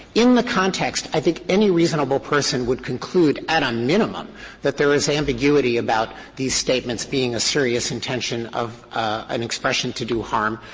in the context, i think any reasonable person would conclude at a minimum that there is ambiguity about these statements being a serious intention of an expression to do harm.